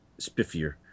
spiffier